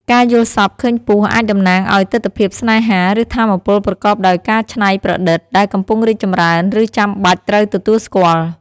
ការយល់សប្តិឃើញពស់អាចតំណាងឱ្យទិដ្ឋភាពស្នេហា ឬថាមពលប្រកបដោយការច្នៃប្រឌិត ដែលកំពុងរីកចម្រើន ឬចាំបាច់ត្រូវទទួលស្គាល់។